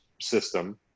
system